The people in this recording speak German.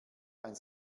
ein